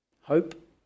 Hope